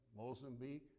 Mozambique